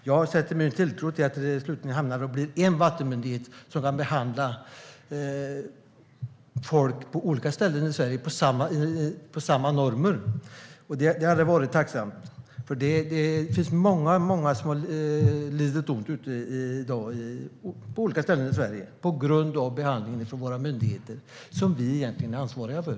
Jag sätter min tilltro till att det slutligen blir en vattenmyndighet som kan behandla folk på olika ställen i Sverige enligt samma normer. Det hade varit tacknämligt, för det finns många som har lidit ont på olika ställen i Sverige på grund av behandlingen från våra myndigheter, som vi egentligen är ansvariga för.